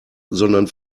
sondern